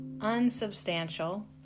unsubstantial